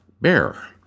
Bear